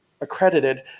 accredited